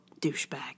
douchebag